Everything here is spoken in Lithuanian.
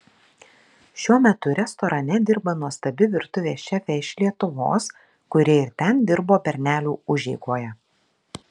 šiuo metu restorane dirba nuostabi virtuvės šefė iš lietuvos kuri ir ten dirbo bernelių užeigoje